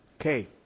Okay